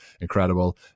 incredible